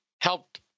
helped